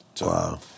Wow